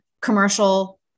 commercial